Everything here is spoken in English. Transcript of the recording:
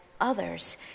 others